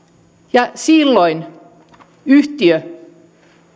silloin yhtiö